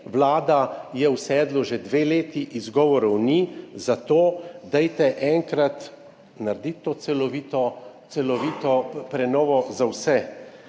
vlada je v sedlu že dve leti, izgovorov ni, zato dajte enkrat narediti to celovito prenovo za vse.